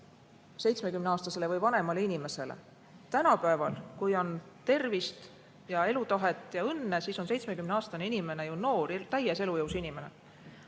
70-aastasele või vanemale inimesele. Tänapäeval, kui on tervist ja elutahet ja õnne, siis on 70-aastane inimene ju täies elujõus.